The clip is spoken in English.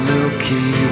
Milky